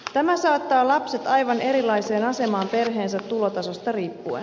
tämä saattaa lapset aivan erilaiseen asemaan perheensä tulotasosta riippuen